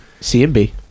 CMB